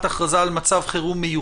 הארכת הכרזה על מצב מיוחד,